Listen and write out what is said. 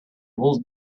would